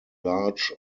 large